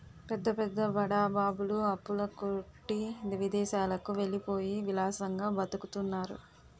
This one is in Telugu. పెద్ద పెద్ద బడా బాబులు అప్పుల కొట్టి విదేశాలకు వెళ్ళిపోయి విలాసంగా బతుకుతున్నారు